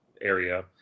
area